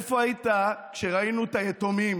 איפה היית כשראינו את היתומים